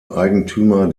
eigentümer